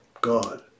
God